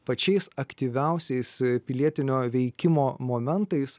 pačiais aktyviausiais pilietinio veikimo momentais